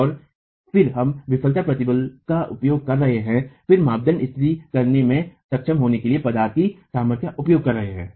और फिर हम विफलता प्रतिबल का उपयोग कर रहे हैं फिर मापदंड स्थापित करने में सक्षम होने के लिए पदार्थ की सामर्थ्य का उपयोग कर रहे हैं